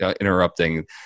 interrupting